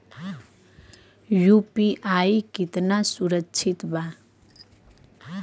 UPI कितना सुरक्षित बा?